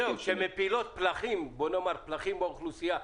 שמפילות פלחים באוכלוסייה?